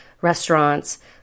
restaurants